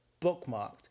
bookmarked